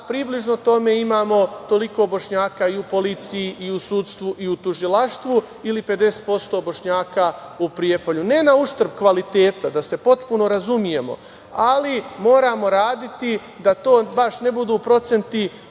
približno tome imamo toliko Bošnjaka i u policiji i u sudstvu i u tužilaštvu, ne na uštrb kvaliteta, da se potpuno razumemo, ali moramo raditi da to baš ne budu procenti